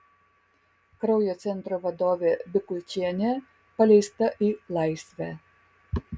kraujo centro vadovė bikulčienė paleista į laisvę